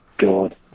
God